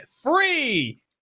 Free